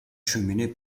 cheminée